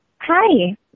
Hi